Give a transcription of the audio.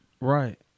Right